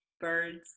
Birds